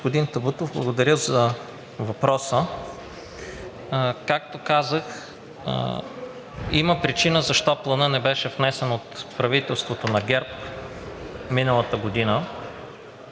благодаря за въпроса. Както казах, има причина защо Планът не беше внесен от правителството на ГЕРБ миналата година